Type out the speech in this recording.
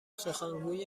سخنگوی